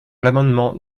l’amendement